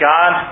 God